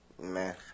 Man